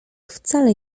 wcale